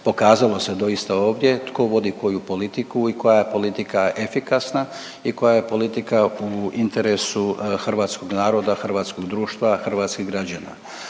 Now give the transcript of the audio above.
Pokazalo se doista ovdje tko vodi koju politiku i koja je politika efikasna i koja je politika u interesu hrvatskog naroda, hrvatskog društva, hrvatskih građana.